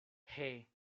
hey